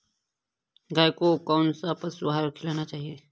गाय को कौन सा पशु आहार खिलाना चाहिए?